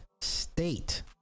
state